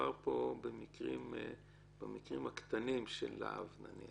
שמדובר פה במקרים הקטנים של להב.